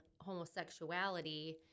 homosexuality